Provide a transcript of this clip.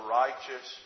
righteous